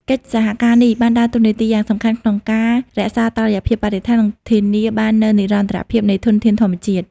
កិច្ចសហការនេះបានដើរតួនាទីយ៉ាងសំខាន់ក្នុងការរក្សាតុល្យភាពបរិស្ថាន និងធានាបាននូវនិរន្តរភាពនៃធនធានធម្មជាតិ។